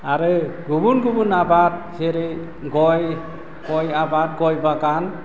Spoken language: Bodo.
आरो गुबुन गुबुन आबाद जेरै गय गय आबाद गय बागान